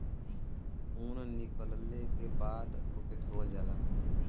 ऊन निकलले के बाद ओके धोवल जाला